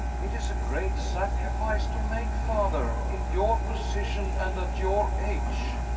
it is a great sacrifice to make, father, in your position and at your age.